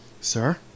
sir